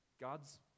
God's